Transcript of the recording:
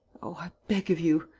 oh, i beg of you.